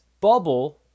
bubble